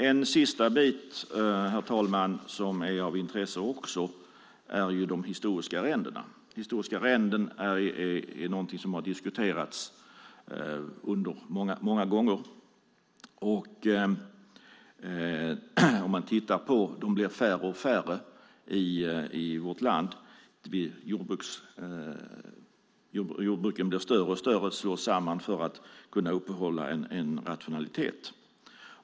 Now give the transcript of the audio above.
En sista punkt av intresse är de historiska arrendena. Historiska arrenden har diskuterats här många gånger. De blir färre och färre i vårt land. Jordbruken blir större och större och slås samman för att kunna uppehålla en rationalitet.